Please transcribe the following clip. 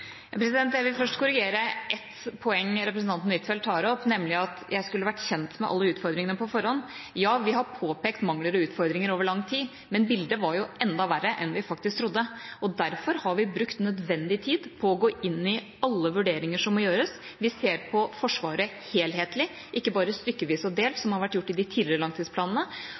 Jeg vil først korrigere ett poeng som representanten Huitfeldt tar opp, nemlig at jeg skulle ha vært kjent med alle utfordringene på forhånd. Ja, vi har påpekt mangler og utfordringer over lang tid, men bildet var jo enda verre enn vi faktisk trodde, og derfor har vi brukt nødvendig tid på å gå inn i alle vurderinger som må gjøres. Vi ser på Forsvaret helhetlig, ikke bare stykkevis og delt, som det har vært gjort i de tidligere langtidsplanene,